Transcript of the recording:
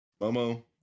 Momo